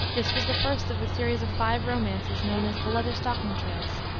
this was the first of the series of five romances known as the leatherstocking tales.